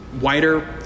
wider